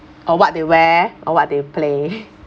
or what they wear or what they play